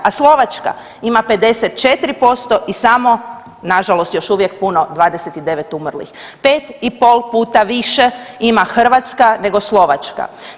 A Slovačka ima 54% i samo nažalost još uvijek puno, 29 umrlih, pet i pol puta više ima Hrvatska nego Slovačka.